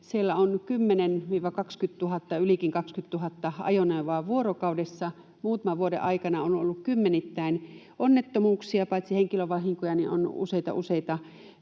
Siellä on 10 000—20 000, ylikin 20 000, ajoneuvoa vuorokaudessa. Muutaman vuoden aikana on ollut kymmenittäin onnettomuuksia: paitsi henkilövahinkoja, on useita